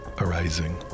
Arising